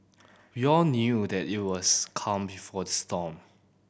we all knew that it was calm before the storm